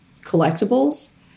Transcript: collectibles